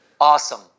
awesome